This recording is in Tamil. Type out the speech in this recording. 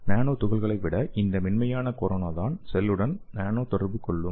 நானோ துகள்களை விட இந்த மென்மையான கொரோனா தான் செல்லுடன் நானோ தொடர்பு கொள்ளும்